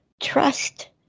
trust